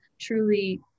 Truly